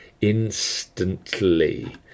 instantly